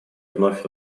вновь